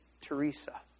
Teresa